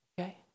Okay